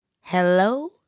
Hello